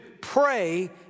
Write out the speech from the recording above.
pray